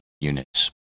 units